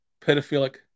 pedophilic